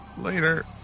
Later